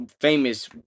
famous